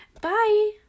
Bye